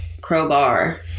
crowbar